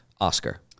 Oscar